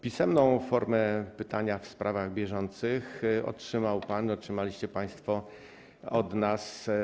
Pisemną formę pytania w sprawach bieżących otrzymał pan, otrzymaliście państwo od nas.